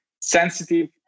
sensitive